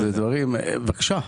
בבקשה.